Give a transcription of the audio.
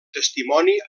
testimoni